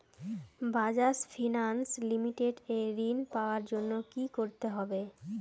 Bajaj Finance Limited এ ঋন পাওয়ার জন্য কি করতে হবে?